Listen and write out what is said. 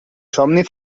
somni